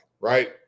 right